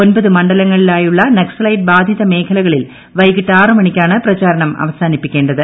ഒൻപത് മണ്ഡലങ്ങളിലായുള്ള നക്സലൈറ്റ് ബാധിത മേഖലകളിൽ വൈകിട്ട് ആറ് മണിക്കാണ് പ്രചാരണം അവസാനിപ്പിക്കേണ്ടത്